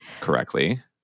correctly